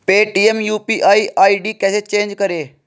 Paytm UPI ID कैसे change करें?